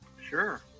Sure